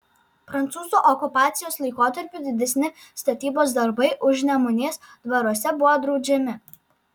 prancūzų okupacijos laikotarpiu didesni statybos darbai užnemunės dvaruose buvo draudžiami